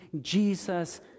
Jesus